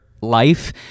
life